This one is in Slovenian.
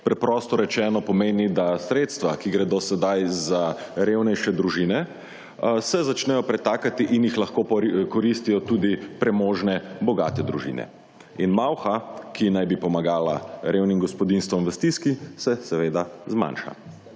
preprosto rečeno pomeni, da sredstva, ki gredo sedaj za revnejše družine, se začnejo pretakati in jih lahko koristijo tudi premožne, bogate družine. In malha, ki naj bi pomagala revnim gospodinjstvom v stiski, se seveda zmanjša.